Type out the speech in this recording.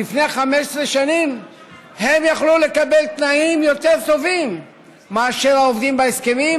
לפני 15 שנים הם יכלו לקבל תנאים יותר טובים מאשר העובדים בהסכמים,